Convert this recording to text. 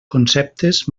conceptes